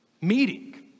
meeting